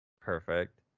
Perfect